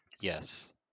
Yes